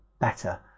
better